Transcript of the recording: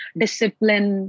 discipline